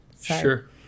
Sure